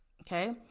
Okay